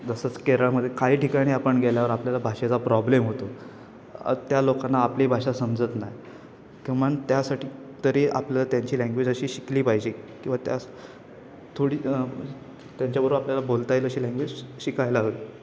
जसंच केरळमध्ये काही ठिकाणी आपण गेल्यावर आपल्याला भाषेचा प्रॉब्लेम होतो त्या लोकांना आपली भाषा समजत नाही किमान त्यासाठी तरी आपलं त्यांची लँग्वेज अशी शिकली पाहिजे किंवा त्यास थोडी आं त्यांच्याबरोबर आपल्याला बोलता येईल अशी लँग्वेज शिकायला हवी